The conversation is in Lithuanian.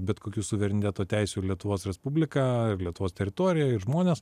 bet kokių suvereniteto teisių į lietuvos respubliką į lietuvos teritoriją ir žmones